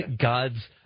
God's